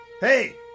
Hey